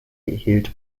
erhielt